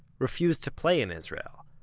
refused to play in israel,